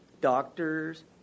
doctors